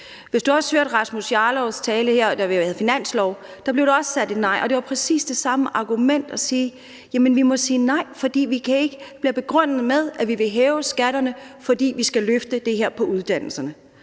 Hvis man også hørte Rasmus Jarlovs tale her, da vi havde finanslovsdebat, blev der også sagt nej, og det var præcis det samme argument, altså at vi siger: Jamen vi må sige nej, for vi kan ikke lade det være begrundet med, at vi vil hæve skatterne, fordi vi skal løfte det her på uddannelserne.